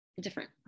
different